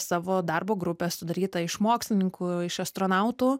savo darbo grupę sudarytą iš mokslininkų iš astronautų